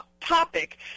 topic